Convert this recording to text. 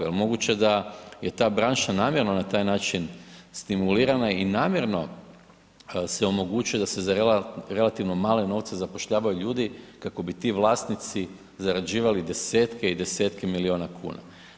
Je li moguće da je ta branša namjerno na taj način stimulirana i namjerno se omogućuje da se za relativno male novce zapošljavaju ljudi kako bi ti vlasnici zarađivali 10-tke i 10-tke miliona kuna.